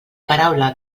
paraula